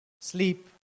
sleep